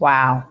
Wow